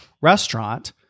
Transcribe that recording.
restaurant